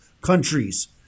countries